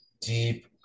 deep